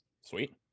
Sweet